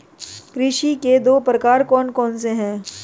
कृषि के दो प्रकार कौन से हैं?